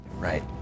right